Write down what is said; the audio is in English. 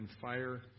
fire